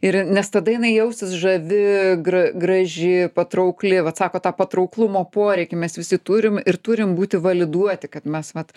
ir ji nes tada jinai jausis žavi gra graži patraukli vat sako tą patrauklumo poreikį mes visi turim ir turim būti validuoti kad mes vat